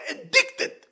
addicted